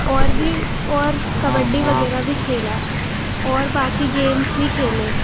اور بھی اور کبڈی وغیرہ بھی کھیلا اور باقی گیمس بھی کھیلے